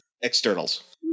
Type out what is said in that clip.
externals